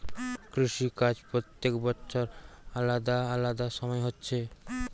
কৃষি কাজ প্রত্যেক বছর আলাদা আলাদা সময় হচ্ছে